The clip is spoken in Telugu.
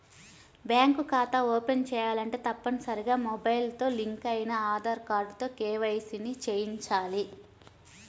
బ్యాంకు ఖాతా ఓపెన్ చేయాలంటే తప్పనిసరిగా మొబైల్ తో లింక్ అయిన ఆధార్ కార్డుతో కేవైసీ ని చేయించాలి